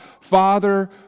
Father